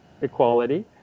equality